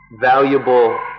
valuable